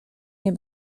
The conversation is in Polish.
nie